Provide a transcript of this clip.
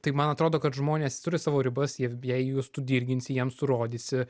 tai man atrodo kad žmonės turi savo ribas jei ei jūs tu dirginsi jiems tu rodysi